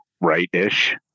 right-ish